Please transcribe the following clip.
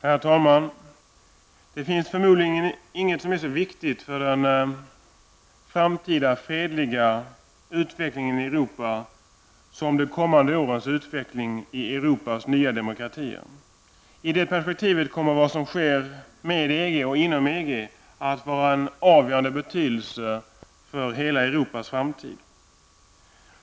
Herr talman! Det finns förmodligen inget som så är så viktigt för den framtida fredliga utvecklingen i Europa som de kommande årens utveckling i Europas nya demokratier. I det perspektivet kommer det som sker med och inom EG att vara av avgörande betydelse för hela Europas framtid.